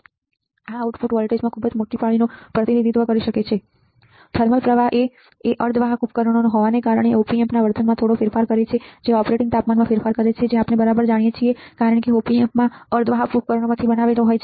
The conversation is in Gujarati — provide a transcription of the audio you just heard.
75 mV 100 375 mV આ આઉટપુટ વોલ્ટેજમાં ખૂબ મોટી પાળીનું પ્રતિનિધિત્વ કરી શકે છે થર્મલ પ્રવાહ એ અર્ધવાહક ઉપકરણો હોવાને કારણે op amp વર્તનમાં થોડો ફેરફાર કરે છે જે ઓપરેટિંગ તાપમાનમાં ફેરફાર કરે છે જે આપણે બરાબર જાણીએ છીએ કારણ કે op amp અર્ધવાહક ઉપકરણોમાંથી બનેલા છે